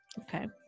Okay